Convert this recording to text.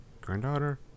Granddaughter